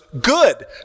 good